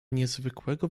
niezwykłego